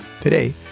Today